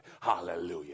Hallelujah